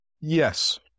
Yes